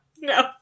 No